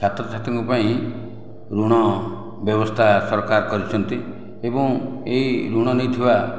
ଛାତ୍ରଛାତ୍ରୀଙ୍କ ପାଇଁ ଋଣ ବ୍ୟବସ୍ଥା ସରକାର କରିଛନ୍ତି ଏବଂ ଏଇ ଋଣ ନେଇଥିବା